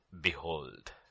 behold